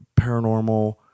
paranormal